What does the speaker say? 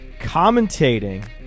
commentating